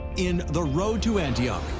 in the road to antioch,